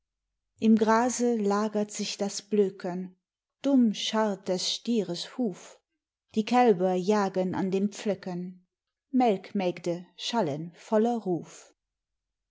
im grase lagert sich das blöken dumm scharrt des stieres huf die kälber jagen an den pflöcken melkmägde schallen voller ruf